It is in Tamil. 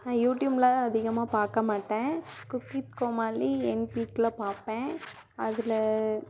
நான் யூடியூப்பெலாம் அதிகமாக பார்க்கமாட்டேன் குக் வித் கோமாளி எங்கள் வீட்டில் பார்ப்பேன் அதில்